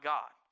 God